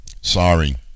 sorry